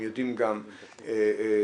הם יודעים את היכולות,